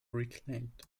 reclaimed